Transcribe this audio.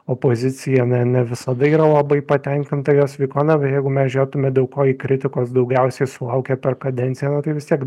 opozicija ne ne visada yra labai patenkinta jos veikla na bet jegu mes žiūrėtume dėl ko ji kritikos daugiausiai sulaukė per kadenciją tai vis tiek